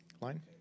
line